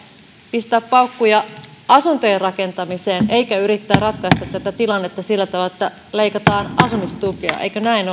pistää paukkuja asuntojen rakentamiseen eikä yrittää ratkaista tätä tilannetta sillä tavalla että leikataan asumistukea eikö näin